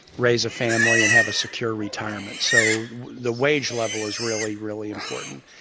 raise a family and have a secure retirement. so the wage level is really, really important.